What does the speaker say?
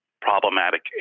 problematic